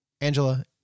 Angela